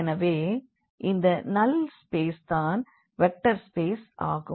எனவே இந்த null space தான் வெக்டர் ஸ்பேஸ் ஆகும்